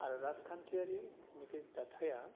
आरो राजखान्थियारि नैबे दाथाइआ